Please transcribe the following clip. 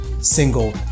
single